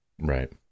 Right